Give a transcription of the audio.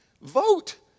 Vote